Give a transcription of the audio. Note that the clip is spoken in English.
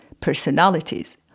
personalities